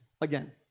again